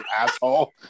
asshole